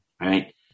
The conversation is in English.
Right